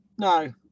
no